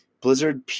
Blizzard